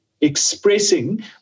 expressing